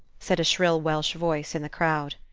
said a shrill welsh voice in the crowd.